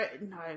No